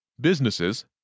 Businesses